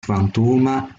kvantuma